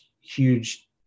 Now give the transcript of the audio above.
huge